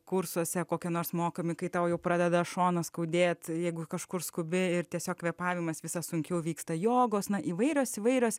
kursuose kokia nors mokami kai tau jau pradeda šoną skaudėti jeigu kažkur skubi ir tiesiog kvėpavimas visas sunkiau vyksta jogos na įvairios įvairios